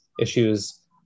issues